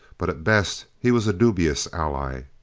but, at best, he was a dubious ally.